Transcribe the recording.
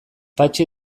patxi